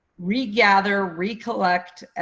regather, recollect,